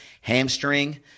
Hamstring